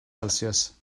celsius